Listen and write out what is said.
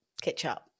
Ketchup